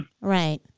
right